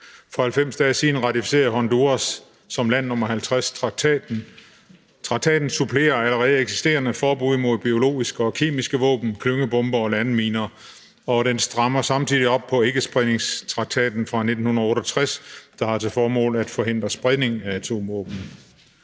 For 90 dage siden ratificerede Honduras som land nr. 50 traktaten. Traktaten supplerer allerede eksisterende forbud mod biologiske og kemiske våben, klyngebomber og landminer, og den strammer samtidig op på ikkespredningstraktaten fra 1968, der har til formål at forhindre spredning af atomvåben.